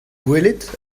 gwelet